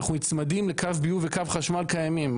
אנחנו נצמדים לקו ביוב וקו חשמל קיימים.